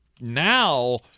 now